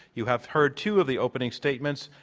you have heard two of the opening statements,